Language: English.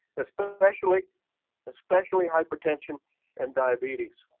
especially especially hypertension and diabetes.